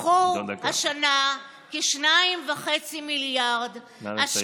קחו השנה כ-2.5 מיליארד, נא לסיים.